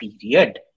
period